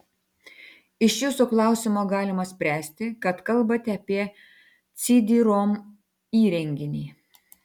iš jūsų klausimo galima spręsti kad kalbate apie cd rom įrenginį